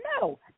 No